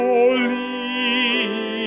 Holy